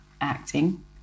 Acting